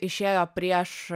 išėjo prieš